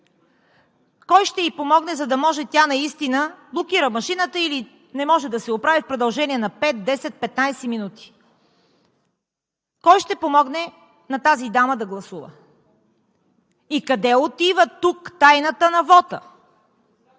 която трудно се справя с гласуването. Блокира машината или не може да се оправи в продължение на 5, 10, 15 минути. Кой ще помогне на тази дама да гласува? И къде отива тук тайната на вота?